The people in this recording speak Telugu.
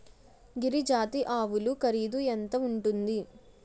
గిరి జాతి ఆవులు ఖరీదు ఎంత ఉంటుంది?